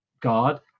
god